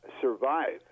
survive